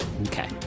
Okay